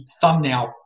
thumbnail